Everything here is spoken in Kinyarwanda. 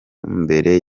mbere